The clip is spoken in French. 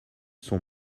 sont